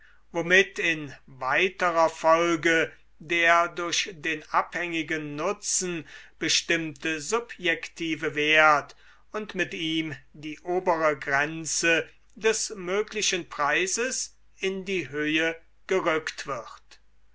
womit in weiterer folge der durch den abhängigen nutzen bestimmte subjektive wert und mit ihm die obere grenze des möglichen preises in die höhe gerückt wird